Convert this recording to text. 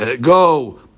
go